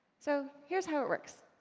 so here's how it works.